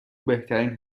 بهترین